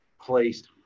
placed